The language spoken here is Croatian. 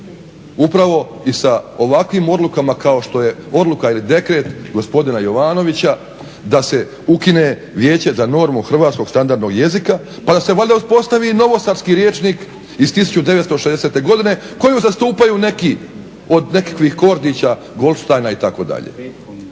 upravo i sa ovakvim odlukama kao što je odluka ili dekret gospodina Jovanovića da se ukine Vijeće za normu Hrvatskog standardnog jezika, pa da se valjda uspostavi i novosadski rječnik iz 1960. godine koju zastupaju neki od nekakvih Kordića, Goldsteina itd.